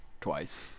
Twice